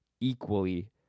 equally